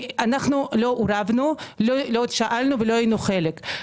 אנחנו לא עורבנו, לא נשאלנו ולא היינו חלק.